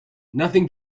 nothing